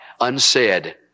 unsaid